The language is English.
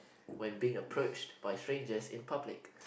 when being approached by strangers in public